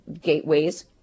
gateways